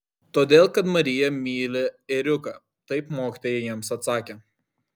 todėl kad marija myli ėriuką taip mokytoja jiems atsakė